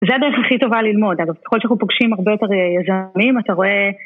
זה הדרך הכי טובה ללמוד, אבל ככל שאנחנו פוגשים הרבה יותר יזמים, אתה רואה...